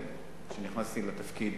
כשנכנסתי לתפקיד